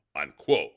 unquote